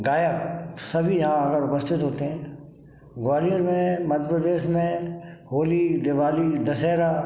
गायक सभी यहाँ आकर उपस्थित होते हैं ग्वालियर में मध्यप्रदेश में होली दिवाली दशहरा